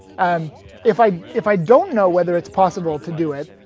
and if i if i don't know whether it's possible to do it,